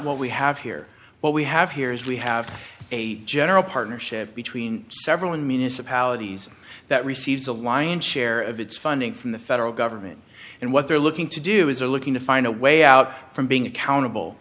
what we have here what we have here is we have a general partnership between several and municipalities that receives a lion's share of its funding from the federal government and what they're looking to do is are looking to find a way out from being accountable